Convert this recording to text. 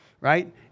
right